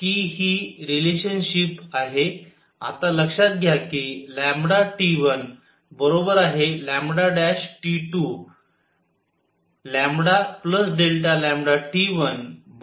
तर आता म्हणूनच तुमच्याकडे आहे कि हि रिलेशनशीप आहे